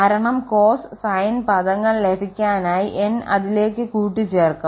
കാരണം cos sine പദങ്ങൾ ലഭിക്കാനായി n അതിലേക്ക് കൂട്ടിച്ചേർക്കും